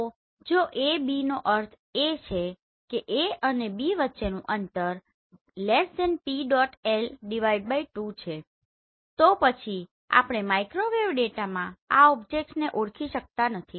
તો જો A B નો અર્થ એ કે A અને B વચ્ચેનું અંતર P⋅L 2 છે તો પછી આપણે માઇક્રોવેવ ડેટામાં આ ઓબ્જેક્ટ્સને ઓળખી શકતા નથી